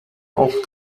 auch